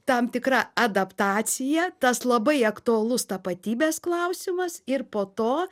tam tikra adaptacija tas labai aktualus tapatybės klausimas ir po to